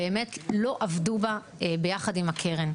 באמת לא עבדו עליה ביחד עם הקרן.